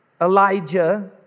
Elijah